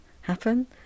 happen